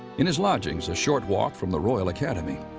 in his lodgings, a short walk from the royal academy,